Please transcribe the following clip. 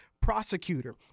prosecutor